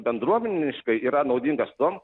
bendruomeniškai yra naudingas tuom